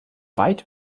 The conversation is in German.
weit